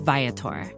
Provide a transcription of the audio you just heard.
Viator